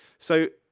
so,